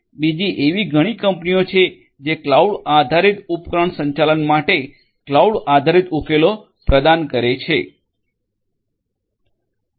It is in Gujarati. બીજી એવી ઘણી કંપનીઓ છે જે ક્લાઉડ આધારિત ઉપકરણ સંચાલન માટે ક્લાઉડ આધારિત ઉકેલો પ્રદાન કરે છે